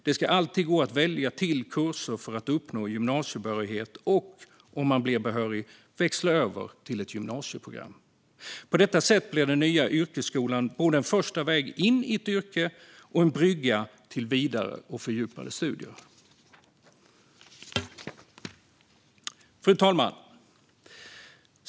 Det ska alltid gå att välja till kurser för att uppnå gymnasiebehörighet och, om man blir behörig, att växla över till ett gymnasieprogram. På detta sätt blir den nya yrkesskolan både en första väg in i ett yrke och en brygga till vidare och fördjupade studier. Fru talman!